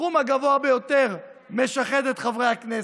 הסכום הגבוה ביותר, משחד את חברי הכנסת,